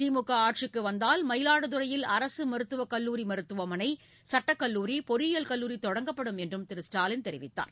திமுக ஆட்சிக்கு வந்தால் மயிலாடுதுரையில் அரசு மருத்துவ கல்லூரி மருத்துவமனை சட்ட கல்லூரி பொறியியல் கல்லூரி தொடங்கப்படும் என்று திரு ஸ்டாலின் தெரிவித்தார்